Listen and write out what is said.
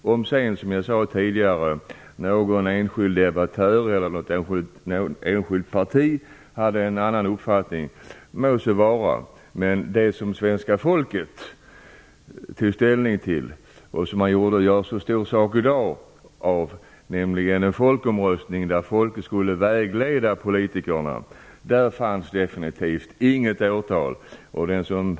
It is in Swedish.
Det må vara att sedan, som jag tidigare sade, någon enskild debattör eller något enskilt parti hade en annan uppfattning, men i det som svenska folket tog ställning till i folkomröstningen - som man gör så stor sak av i dag - för att vägleda politikerna fanns definitivt inget årtal.